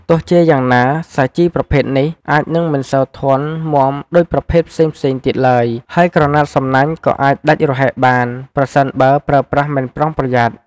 ទោះជាយ៉ាងណា សាជីប្រភេទនេះអាចនឹងមិនសូវធន់មាំដូចប្រភេទផ្សេងៗទៀតឡើយ ហើយក្រណាត់សំណាញ់ក៏អាចដាច់រហែកបានប្រសិនបើប្រើប្រាស់មិនប្រុងប្រយ័ត្ន។